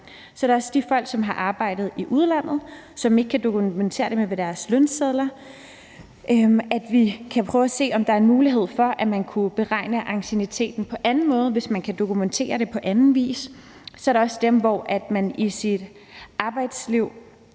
Så er der også de folk, som har arbejdet i udlandet, og som ikke kan dokumentere det med deres lønsedler. Der kan vi prøve at se, om der er mulighed for, at man kunne beregne ancienniteten på anden måde, altså hvis man kan dokumentere det på anden vis. Så er der også dem, som i deres arbejdsliv